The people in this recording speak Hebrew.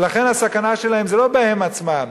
ולכן, הסכנה שלהם זה לא בהם עצמם.